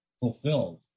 fulfilled